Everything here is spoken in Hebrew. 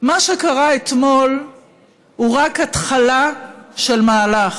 מה שקרה אתמול הוא רק התחלה של מהלך.